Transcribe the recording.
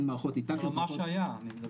אבל מה שהיה אני מדבר.